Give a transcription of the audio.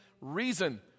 reason